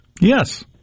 Yes